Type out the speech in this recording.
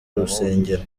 rusengero